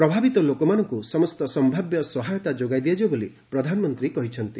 ପ୍ରଭାବିତ ଲୋକମାନଙ୍କୁ ସମସ୍ତ ସମ୍ଭାବ୍ୟ ସହାୟତା ଯୋଗାଇ ଦିଆଯିବ ବୋଲି ପ୍ରଧାନମନ୍ତ୍ରୀ କହିଚ୍ଚନ୍ତି